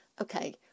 okay